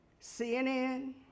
CNN